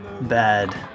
Bad